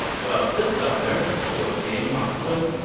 well, this governor, who was named ma zun,